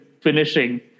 Finishing